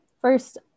first